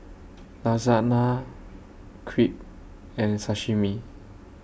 Lasagna Crepe and Sashimi